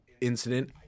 incident